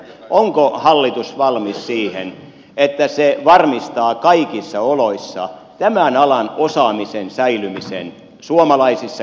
onko hallitus valmis siihen että se varmistaa kaikissa oloissa tämän alan osaamisen säilymisen suomalaisissa käsissä